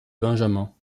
benjamin